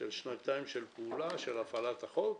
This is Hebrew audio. של שנתיים של הפעלת החוק,